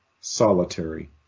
solitary